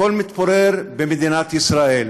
הכול מתפורר במדינת ישראל,